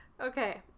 Okay